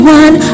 one